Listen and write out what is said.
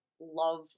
love